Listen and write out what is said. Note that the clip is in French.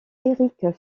eric